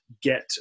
get